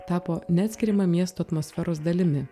tapo neatskiriama miesto atmosferos dalimi